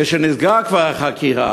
כשנסגרה כבר החקירה,